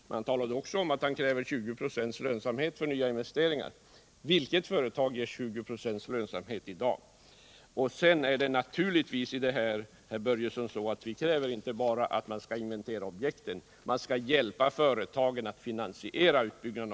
Men han talade också om att han kräver 20 26 lönsamhet av nya investeringar. Vilket företag ger 20 26 lönsamhet i dag? Naturligtvis kräver vi inte bara att man skall inventera objekt, Fritz Börjesson, utan också att man skall hjälpa företagen att finansiera utbyggnaden.